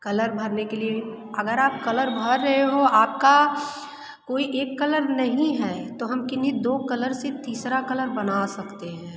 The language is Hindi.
कलर भरने के लिए अगर आप कलर भर रहे हो आप का कोई एक कलर नहीं है तो हम किन्हीं दो कलर से तीसरा कलर बना सकते हैं